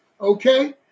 okay